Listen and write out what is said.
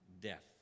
death